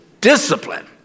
discipline